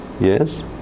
Yes